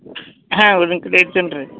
ಹಾಂ ಒಂದು ಕಡೆ ಆಯ್ತು ಏನು ರೀ